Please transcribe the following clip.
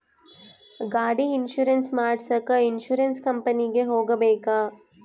ಗಾಡಿ ಇನ್ಸುರೆನ್ಸ್ ಮಾಡಸಾಕ ಇನ್ಸುರೆನ್ಸ್ ಕಂಪನಿಗೆ ಹೋಗಬೇಕಾ?